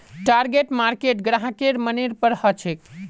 target market ग्राहकेर मनेर पर हछेक